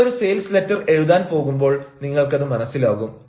നിങ്ങൾ ഒരു sales letter എഴുതാൻ പോകുമ്പോൾ നിങ്ങൾക്കത് മനസ്സിലാകും